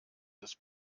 des